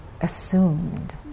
assumed